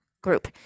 group